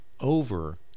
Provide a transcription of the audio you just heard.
over